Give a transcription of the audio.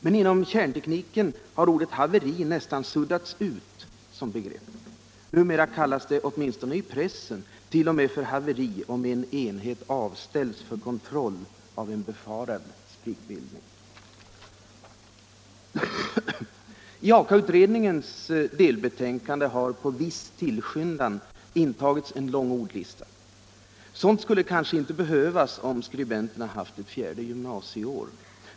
Men inom kärntekniken har ordet haveri nästan suddats ut som begrepp. Numera kallas det — åtminstone i pressen — för haveri t.o.m. om en enhet avställs för kontroll av en befarad sprickbildning. I AKA-utredningens delbetänkande har på viss tillskyndan intagits en lång ordlista. Sådant skulle kanske inte behövas om skribenten haft ett fjärde gymnasieår.